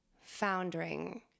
foundering